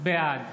בעד